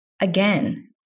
again